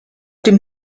dem